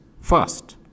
first